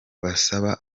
basaba